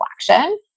reflection